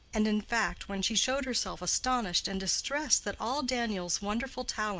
and in fact when she showed herself astonished and distressed that all daniel's wonderful talents,